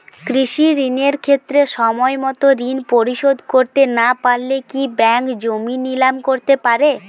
কৃষিঋণের ক্ষেত্রে সময়মত ঋণ পরিশোধ করতে না পারলে কি ব্যাঙ্ক জমি নিলাম করতে পারে?